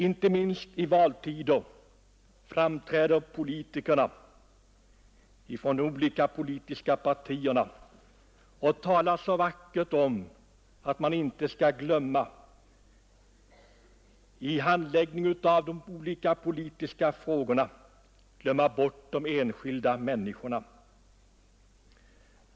Inte minst i valtider framträder politikerna från de olika partierna och talar så vackert om att man vid handläggningen av de olika politiska frågorna inte får glömma bort de enskilda människorna.